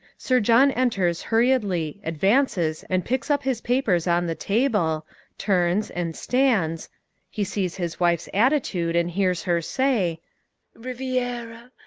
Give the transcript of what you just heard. sir john enters hurriedly, advances and picks up his papers on the table turns and stands he sees his wife's attitude and hears her say riviera,